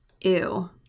Ew